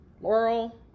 Laurel